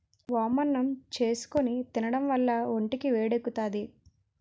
వామన్నం చేసుకుని తినడం వల్ల ఒంటికి వేడెక్కుతాది